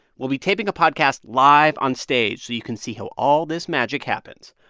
we'll be taping a podcast live onstage, so you can see how all this magic happens.